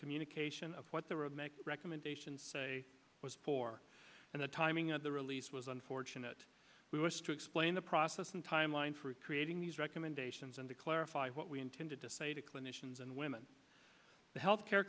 communication of what the word make recommendations say was for and the timing of the release was unfortunate we wish to explain the process and timeline for creating these recommendations and to clarify what we intended to say to clinicians and women the health care